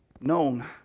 known